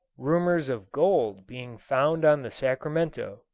rumours of gold being found on the sacramento